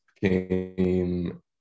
came